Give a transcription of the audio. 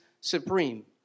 supreme